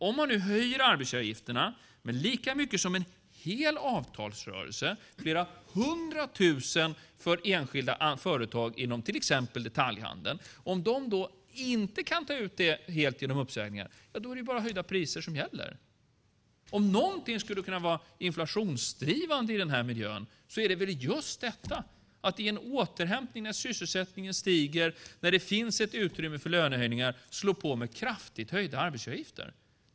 Om man höjer arbetsgivaravgifterna med lika mycket som en hel avtalsrörelse kostar, med flera hundra tusen för enskilda företag inom till exempel detaljhandeln och de inte kan ta ut det genom uppsägningar är det bara höjda priser som gäller. Om något är inflationsdrivande är det just detta, att i en återhämtning när sysselsättningen ökar och det finns utrymme för lönehöjningar slå på kraftigt höjda arbetsgivaravgifter.